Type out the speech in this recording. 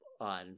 on